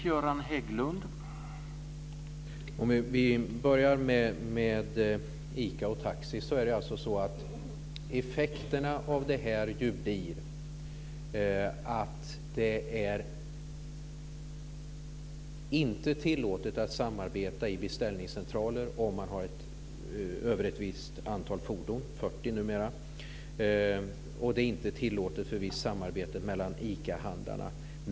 Herr talman! För att börja med ICA och taxi blir ju effekterna av detta att det inte blir tillåtet att samarbeta i beställningscentraler om man har över ett visst antal fordon, 40 numera, och inte tillåtet med visst samarbete mellan ICA-handlarna.